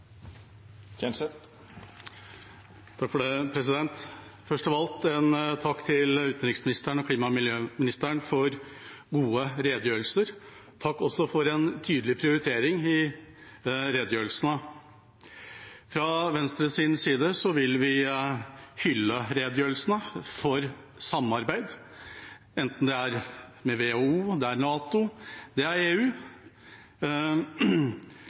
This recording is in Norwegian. Først av alt: Takk til utenriksministeren og klima- og miljøministeren for gode redegjørelser. Takk også for en tydelig prioritering i redegjørelsene. Fra Venstres side vil vi hylle redegjørelsene for samarbeid, enten det er med WHO, NATO eller EU. Norsk utenrikspolitikk har både i dette århundret og i det